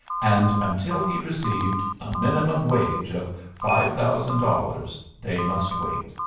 and until he received a minimum wage of five thousand dollars they must wait.